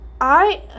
I-